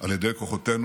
על ידי כוחותינו.